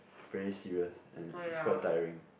very serious and it's quite tiring